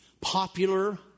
popular